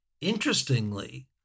Interestingly